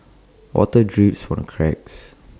water drips from the cracks